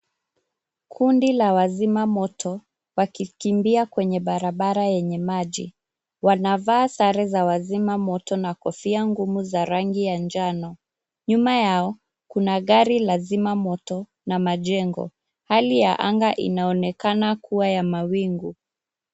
Kundi la wazima moto wakikimbia kwenye barabara yenye maji. Wanavaa sare za wazima moto na kofia ngumu za rangi ya njano. Nyuma yao, kuna gari la zimamoto na majengo. Hali ya anga inaonekana kuwa ya mawingu.